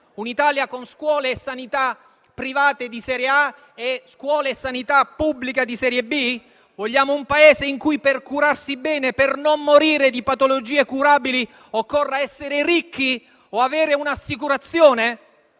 Un'Italia con scuola e sanità private di serie A e scuola e sanità pubblica di serie B? Vogliamo un Paese in cui, per curarsi bene, per non morire di patologie curabili, occorre essere ricchi o avere un'assicurazione?